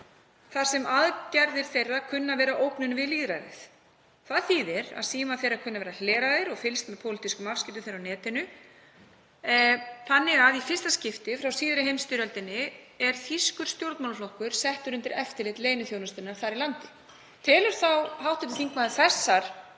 þar sem aðgerðir þeirra kunni að vera ógnun við lýðræðið. Það þýðir að símar þeirra kunna að vera hleraðir og fylgst er með pólitískum afskiptum þeirra á netinu, þannig að í fyrsta skipti frá síðari heimsstyrjöldinni er þýskur stjórnmálaflokkur settur undir eftirlit leyniþjónustunnar þar í landi. Telur þá hv. þingmaður þessar